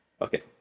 Okay